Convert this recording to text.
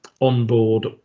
onboard